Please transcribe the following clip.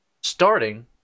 starting